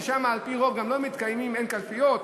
ששם על-פי רוב גם אין קלפיות,